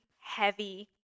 heavy